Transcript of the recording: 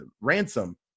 ransom